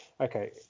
okay